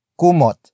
KUMOT